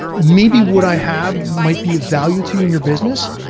maybe what i have might be of value to you and your business.